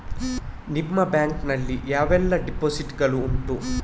ನಿಮ್ಮ ಬ್ಯಾಂಕ್ ನಲ್ಲಿ ಯಾವೆಲ್ಲ ಡೆಪೋಸಿಟ್ ಗಳು ಉಂಟು?